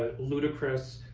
ah ludicrous,